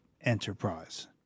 enterprise